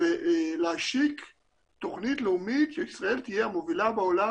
ולהשיק תוכנית לאומית שישראל תהיה המובילה בעולם,